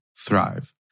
thrive